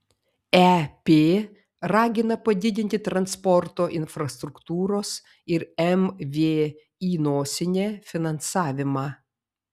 ep ragina padidinti transporto infrastruktūros ir mvį finansavimą